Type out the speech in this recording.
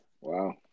Wow